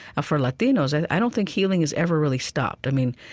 ah for latinos, i don't think healing has ever really stopped. i mean,